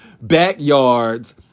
backyards